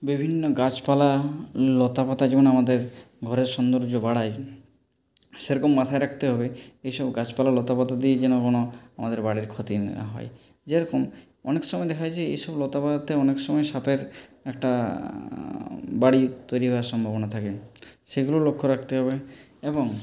বিভিন্ন গাছপালা লতাপাতা যেমন আমাদের ঘরের সৌন্দর্য বাড়ায় সেরকম মাথায় রাখতে হবে এইসব গাছপালা লতাপাতা দিয়ে যেন কোনও আমাদের বাড়ির ক্ষতি না হয় যেরকম অনেক সময়ে দেখা যায় এইসব লতাপাতাতে অনেক সময়ে সাপের একটা বাড়ি তৈরি হওয়ার সম্ভাবনা থাকে সেইগুলো লক্ষ রাখতে হবে এবং